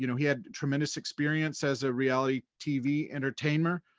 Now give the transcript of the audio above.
you know he had tremendous experience as a reality tv entertainer.